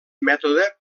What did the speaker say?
mètode